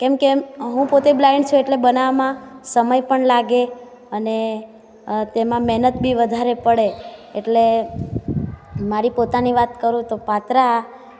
કેમકે હું પોતે બ્લાઈન્ડ છું એટલે બનાવવામાં સમય પણ લાગે અને તેમાં મહેનત બી વધારે પડે એટલે મારી પોતાની વાત કરું તો પાતરા